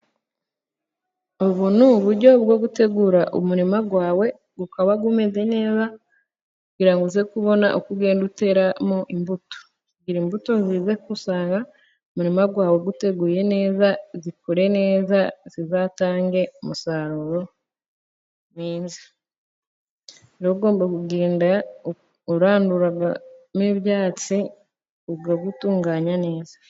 Ubu ni uburyo bwo gutegura umurima wawe ukaba umeze neza kugira ngo uze kubona uko ugenda uteramo imbuto . Kugira imbuto zize gusanga umurima wawe uteguye neza zikure neza, zizatange umusaruro ugomba kugenda uranduramo ibyatsi ukawutunganya neza.